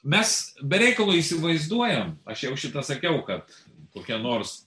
mes be reikalo įsivaizduojam aš jau šį tą sakiau kad kokia nors